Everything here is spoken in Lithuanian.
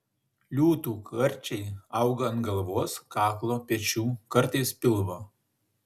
liūtų karčiai auga ant galvos kaklo pečių kartais pilvo